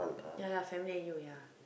ya lah family and you ya